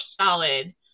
solid